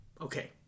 okay